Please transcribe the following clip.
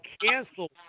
canceled